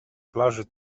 plaży